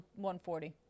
140